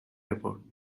airport